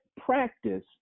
practice